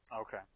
Okay